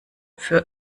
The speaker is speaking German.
für